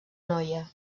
noia